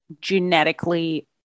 genetically